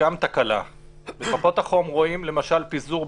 יש מלחמה כשאני מאבד מלחמה ויש מלחמת קומנדו,